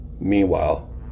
Meanwhile